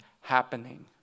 happening